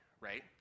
right